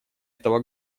этого